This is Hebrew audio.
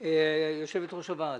יושבת ראש הוועד.